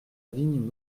vigne